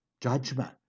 judgment